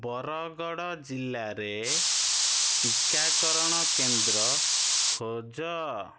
ବରଗଡ଼ ଜିଲ୍ଲାରେ ଟୀକାକରଣ କେନ୍ଦ୍ର ଖୋଜ